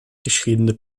geschriebene